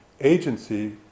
agency